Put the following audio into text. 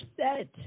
set